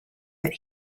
that